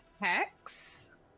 hex